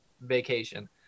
vacation